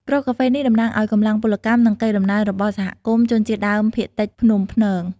គ្រាប់កាហ្វេនេះតំណាងឱ្យកម្លាំងពលកម្ម និងកេរដំណែលរបស់សហគមន៍ជនជាតិដើមភាគតិចភ្នំព្នង។